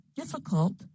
difficult